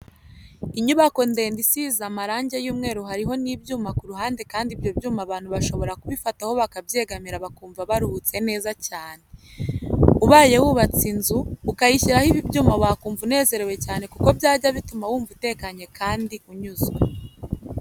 Inyubako ndende, isize amarange y'umweru hariho n'ibyuma ku ruhande kandi ibyo byuma abantu bashobora kubifataho bakabyegamira bakumva baruhutse neza cyane, ubaye wubatse inzu, ukayishyiraho ibi byuma wakumva unezerewe cyane kuko byajya bituma wumva utekanye kandi unyuzwe.